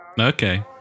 Okay